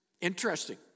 Interesting